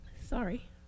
Sorry